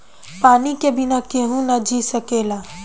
पानी के बिना केहू ना जी सकेला